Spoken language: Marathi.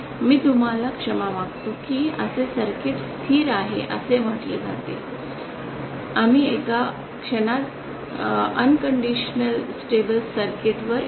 मी तुम्हाला क्षमा मागतो की असे सर्किट स्थिर आहे असे म्हटले जाते आम्ही एका क्षणात बिनशर्त स्थैर्याच्या स्थितीत येऊ